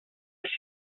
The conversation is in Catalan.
els